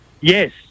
yes